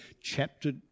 chapter